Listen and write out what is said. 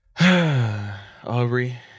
Aubrey